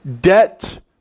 Debt